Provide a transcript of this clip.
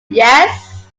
yes